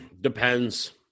depends